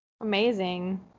amazing